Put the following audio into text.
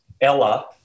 Ella